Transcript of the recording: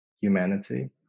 humanity